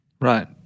Right